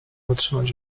wytrzymać